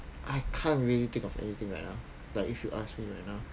I can't really think of anything right now like if you ask me right now